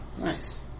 Nice